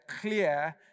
clear